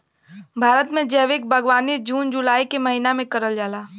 भारत में जैविक बागवानी जून जुलाई के महिना में करल जाला